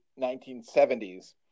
1970s